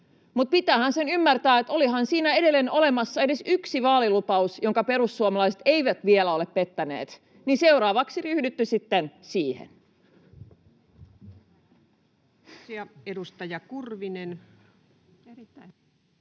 pitäähän se ymmärtää, että olihan siinä edelleen olemassa edes yksi vaalilupaus, jota perussuomalaiset eivät vielä ole pettäneet, niin seuraavaksi ryhdytte sitten